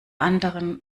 anderen